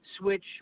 switch